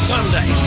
Sunday